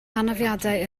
anafiadau